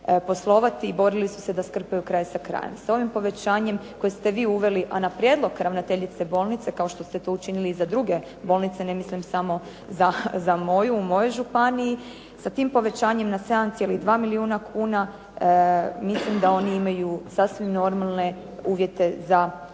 borili su se da skrpaju kraj sa krajem. S ovim povećanjem koje ste vi uveli, a na prijedlog ravnateljice bolnice, kao što ste to učinili i za druge bolnice, ne mislim samo za moju u mojoj županiji, sa tim povećanjem na 7,2 milijuna kuna, mislim da oni imaju sasvim normalne uvjete za